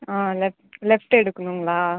ah left left எடுக்கணுங்களா